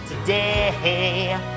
today